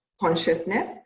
consciousness